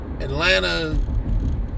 Atlanta